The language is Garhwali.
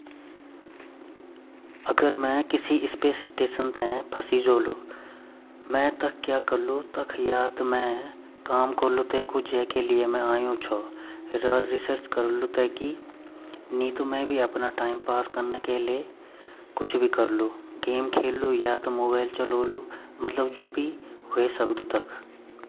अंतरिक्ष मा क्वे यन ता जान नी अंतरिक्ष वेते भेजदा जु रिसर्च कन अर रिसर्च कनते अगर वेते भेज्यो ची अर ता वेन खानो प्योड़ो खेली अर जो वेमा फालतू टाइम वोलु उ श्ये ल्योलु अर श्योन्डा बाद उ आपा करि ते आपा टाइमपास कला।